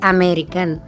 American